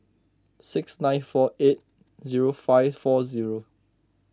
six nine four eight zero five four zero